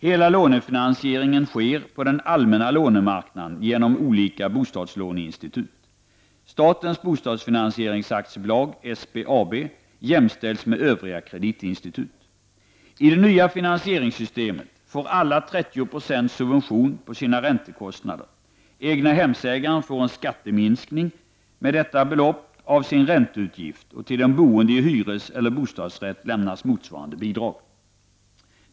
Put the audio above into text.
Hela lånefinansieringen sker på den allmänna lånemarknaden genom olika bostadslåneinstitut. subvention på sina räntekostnader. Egnahemsägare får en skatteminskning med detta belopp av sin ränteutgift, och till de boende i hyreseller bostadsrätt lämnas motsvarande bidrag.